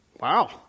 Wow